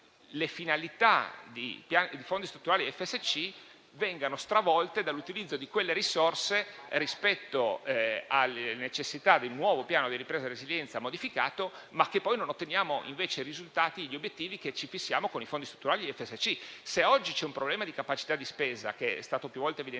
le finalità dei fondi strutturali FSC vengano stravolte dall'utilizzo di quelle risorse rispetto alle necessità del nuovo Piano di ripresa e resilienza modificato, senza conseguire gli obiettivi fissati con i fondi strutturali FSC. Se oggi c'è un problema di capacità di spesa - come è stato più volte evidenziato